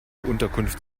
unterkunft